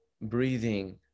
breathing